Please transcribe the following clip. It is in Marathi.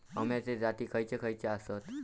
अम्याचे जाती खयचे खयचे आसत?